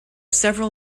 several